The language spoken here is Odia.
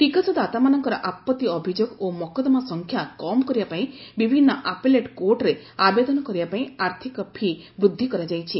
ଟିକସଦାତାମାନଙ୍କର ଆପଭି ଅଭିଯୋଗ ଓ ମୋକଦ୍ଦମା ସଂଖ୍ୟା କମ୍ କରିବା ପାଇଁ ବିଭିନ୍ନ ଆପେଲେଟ୍ କୋର୍ଟରେ ଆବେଦନ କରିବା ପାଇଁ ଆର୍ଥିକ ଫି' ବୃଦ୍ଧି କରାଯାଇଛି